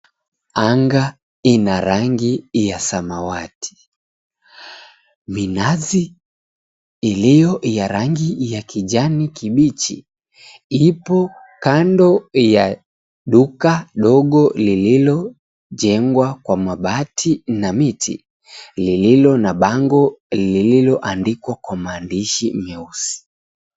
Anga ina rangi ya samawati. Minazi ilio ya rangi ya kijani kibichi ipo kando ya duka dogo lililojengwa kwa mabati na miti lililo na bango lililoandikwa kwa maandishi meusi.